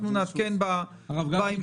אנחנו נעדכן בהמשך.